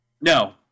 No